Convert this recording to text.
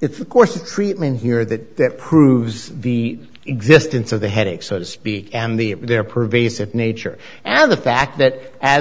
it's a course of treatment here that proves the existence of the headache so to speak and the their pervasive nature and the fact that as